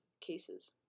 cases